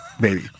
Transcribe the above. baby